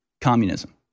communism